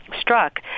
struck